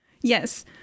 yes